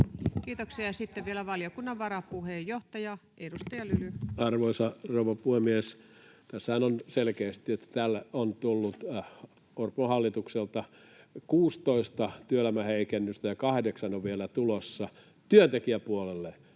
annetun lain muuttamisesta Time: 14:50 Content: Arvoisa rouva puhemies! Tässähän on selkeästi, että täällä on tullut Orpon hallitukselta 16 työelämäheikennystä, ja kahdeksan on vielä tulossa työntekijäpuolelle,